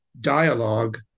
dialogue